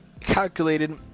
calculated